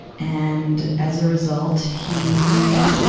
and, as a result, he,